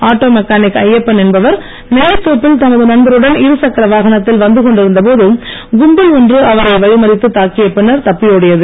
auto mechanic Ayyappan என்பவர் நெல்லித்தோப்பில் தமது நண்பருடன் இருசக்கர வாகனத்தில் வந்து கொண்டிருந்த போது கும்பல் ஒன்று அவரை வழிமறித்து தாக்கிய பின்னர் தப்பியோடியது